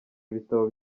ibitabo